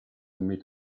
meet